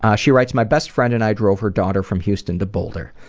ah she writes, my best friend and i drove her daughter from houston to boulder.